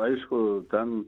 aišku ten